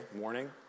morning